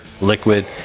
liquid